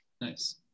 Nice